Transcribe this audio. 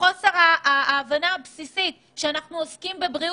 לחוסר ההבנה הבסיסית שאנחנו עוסקים בבריאות.